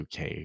uk